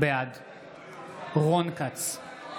בעד רון כץ,